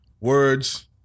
words